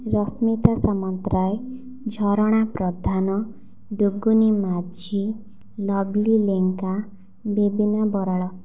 Rashmita Samantaray Jharana Pradhan Duguni Majhi Lovely Lenka Bebina Baral